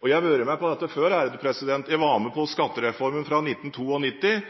Dette har jeg vært med på før – jeg var med på skattereformen fra